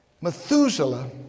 Methuselah